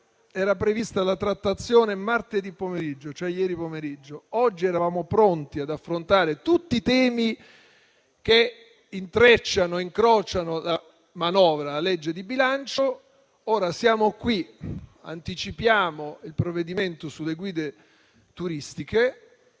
poi prevista la trattazione ieri pomeriggio. Oggi eravamo pronti ad affrontare tutti i temi che intrecciano e incrociano la manovra di bilancio. Ora siamo qui, anticipiamo il provvedimento sulle guide turistiche